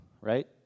right